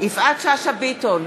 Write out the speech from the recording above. איילת שקד,